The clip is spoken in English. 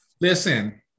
Listen